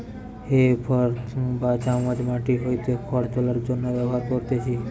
হে fork বা চামচ মাটি হইতে খড় তোলার জন্য ব্যবহার করতিছে